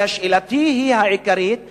שאלתי העיקרית היא,